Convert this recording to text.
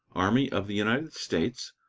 army of the united states,